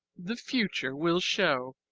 the future will show.